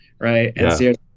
Right